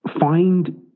find